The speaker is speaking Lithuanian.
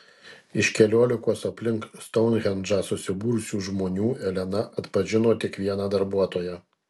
iš keliolikos aplink stounhendžą susibūrusių žmonių elena atpažino tik vieną darbuotoją